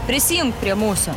prisijunk prie mūsų